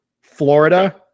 florida